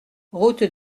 route